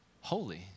holy